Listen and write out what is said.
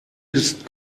ist